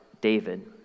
David